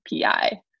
PI